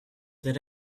that